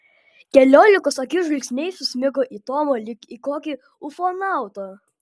keliolikos akių žvilgsniai susmigo į tomą lyg į kokį ufonautą